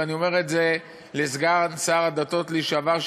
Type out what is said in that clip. ואני אומר את זה לסגן שר הדתות לשעבר,